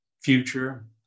future